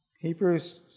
Hebrews